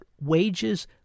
wages